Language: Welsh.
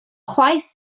chwaith